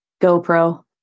GoPro